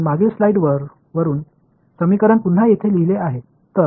முந்தைய ஸ்லைடில் இருந்து சமன்பாட்டை இங்கே மீண்டும் எழுதியுள்ளேன்